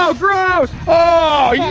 ah gross! oh, yeah